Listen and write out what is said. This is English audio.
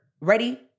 ready